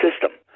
system